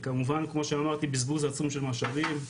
כמובן כמו שאמרתי בזבוז עצום של משאבים,